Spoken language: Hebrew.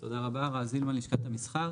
תודה רבה, רז הילמן, לשכת המסחר.